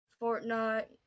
Fortnite